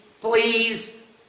please